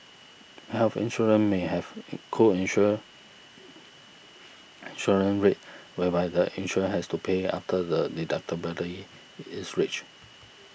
health insurance may have a co insure insurance rate whereby the insured has to pay after the deductible is reached